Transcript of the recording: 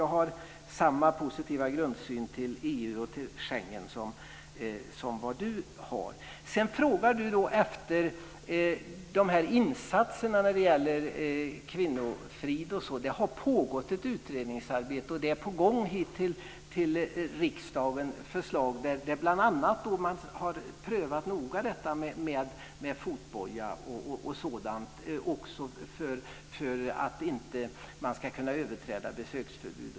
Jag har samma positiva grundsyn på EU och på Schengen som Christer Sedan frågar Christer Nylander efter insatserna när det gäller kvinnofrid. Det har pågått ett utredningsarbete, och förslag är på gång hit till riksdagen. Man har bl.a. noga prövat systemet med fotboja för att män inte ska kunna överträda besöksförbud.